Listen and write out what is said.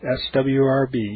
swrb